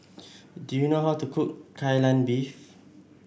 do you know how to cook Kai Lan Beef